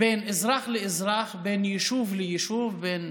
בין אזרח לאזרח, בין יישוב ליישוב, בין